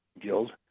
guild